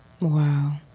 Wow